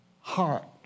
heart